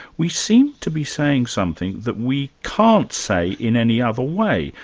we seem to be saying something that we can't say in any other way.